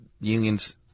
unions